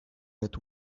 that